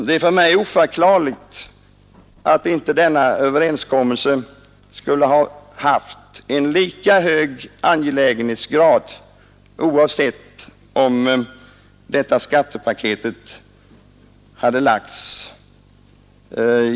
Det är för mig oförklarligt att inte denna överenskommelse skulle ha haft en lika hög angelägenhetsgrad oavsett om skattepaketet hade lagts eller inte.